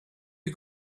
you